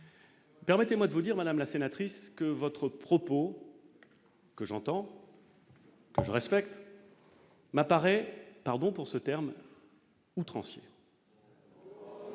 Permettez-moi de vous dire madame la sénatrice que votre propos que j'entends, je respecte ma apparaît, pardon pour ce terme outrancier.